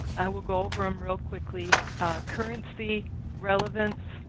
we'll go over them real quickly currency, relevance,